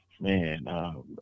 Man